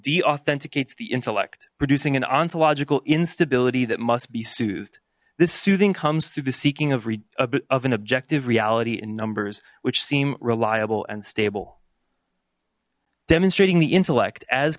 d authenticates the intellect producing an ontological instability that must be soothed this soothing comes through the seeking of read of an objective reality in numbers which seem reliable and stable demonstrating the intellect as